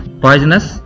poisonous